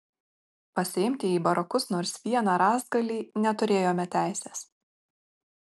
pasiimti į barakus nors vieną rąstgalį neturėjome teisės